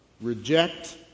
reject